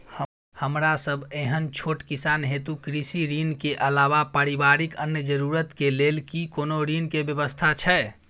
हमरा सब एहन छोट किसान हेतु कृषि ऋण के अलावा पारिवारिक अन्य जरूरत के लेल की कोनो ऋण के व्यवस्था छै?